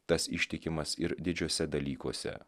tas ištikimas ir didžiuose dalykuose